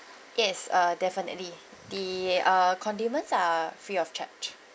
yes uh definitely the uh condiments are free of charge